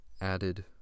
added